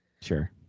sure